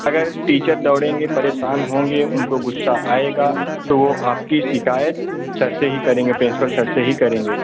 अगर टीचर दौड़ेंगे परेशान होंगे उनको गुस्सा आएगा तो आपकी शिकायत सर से ही करेंगे प्रिन्सिपल सर से ही करेंगे